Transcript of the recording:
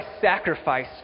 sacrifice